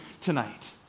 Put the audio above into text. tonight